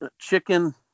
Chicken